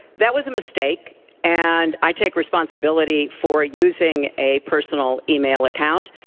that was a mistake and i take responsibility for using a personal email account.